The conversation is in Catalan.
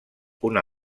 una